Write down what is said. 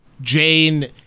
Jane